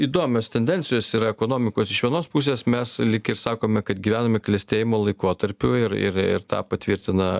iš tikrųjų įdomios tendencijos ir ekonomikos iš vienos pusės mes lyg ir sakome kad gyvename klestėjimo laikotarpiu ir ir ir tą patvirtina